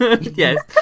Yes